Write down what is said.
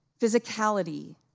physicality